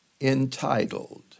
entitled